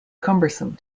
cumbersome